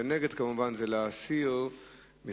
ונגד זה כמובן להסיר מסדר-היום.